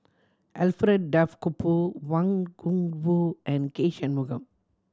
Alfred Duff Cooper Wang Gungwu and K Shanmugam